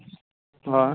हय